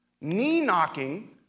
knee-knocking